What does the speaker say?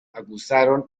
acusaron